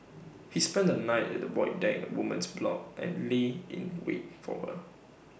he spent the night at the void deck woman's block and lay in wait for her